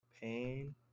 Pain